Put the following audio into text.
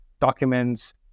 documents